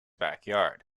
backyard